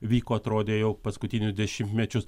vyko atrodė jau paskutinius dešimtmečius